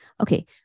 Okay